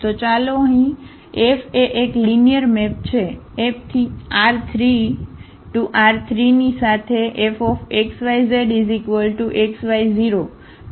તો ચાલો અહીં F એ એક લિનિયર મેપ છે FR3R3 ની સાથે Fxyzxy0